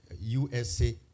USA